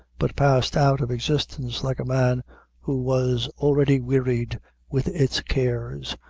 but passed out of existence like a man who was already wearied with its cares,